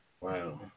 wow